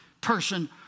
person